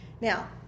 Now